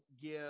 give